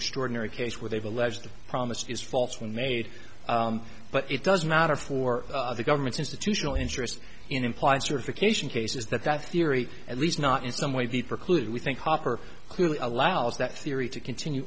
extraordinary case where they've alleged that promised is false when made but it doesn't matter for the government's institutional interest in implied certification cases that that theory at least not in some way the preclude we think hopper clearly allows that theory to continue